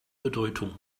bedeutung